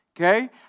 Okay